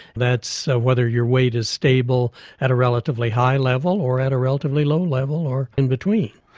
that's whether your weight is stable at a relatively high level or at a relatively low level or in-between.